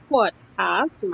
Podcast